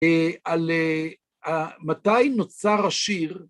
על מתי נוצר השיר